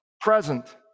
present